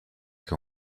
che